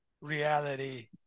reality